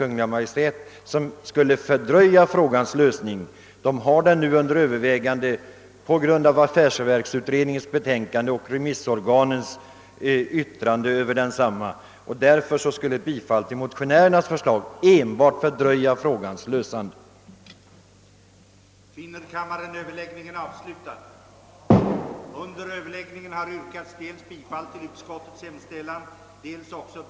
Kungl. Maj:t har nämligen frågan under övervägande på grundval av affärsverksutredningens betänkande och remissorganens yttrande över detsamma. Därför skulle bifall till motionärernas förslag enbart fördröja frågans lösande. Enligt propositionen skall skattskyldighet till mervärdeskatt kunna föreskrivas för viss statlig verksamhet.